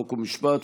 חוק ומשפט,